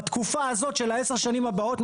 בתקופה הזאת של עשר השנים הבאות,